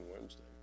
Wednesday